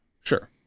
Sure